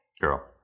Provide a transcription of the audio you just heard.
Girl